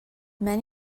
man